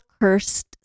cursed